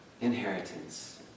inheritance